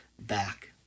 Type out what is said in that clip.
back